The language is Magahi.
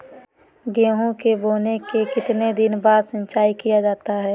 गेंहू के बोने के कितने दिन बाद सिंचाई किया जाता है?